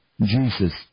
Jesus